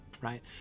right